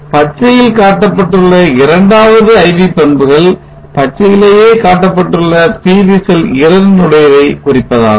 பச்சையில் காட்டப்பட்டுள்ள இரண்டாவது IV பண்புகள் பச்சையிலேயே காட்டப்பட்டுள்ள PV செல் இரண்டினுடையதை குறிப்பதாகும்